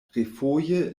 refoje